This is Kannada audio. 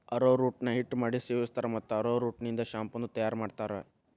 ಅರೋರೂಟ್ ನ ಹಿಟ್ಟ ಮಾಡಿ ಸೇವಸ್ತಾರ, ಮತ್ತ ಅರೋರೂಟ್ ನಿಂದ ಶಾಂಪೂ ನು ತಯಾರ್ ಮಾಡ್ತಾರ